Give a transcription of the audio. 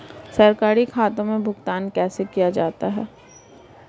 सरकारी खातों में भुगतान कैसे किया जाता है?